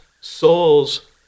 souls